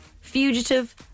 fugitive